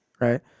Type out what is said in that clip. right